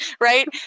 right